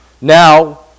now